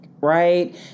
right